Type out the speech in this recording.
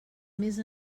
més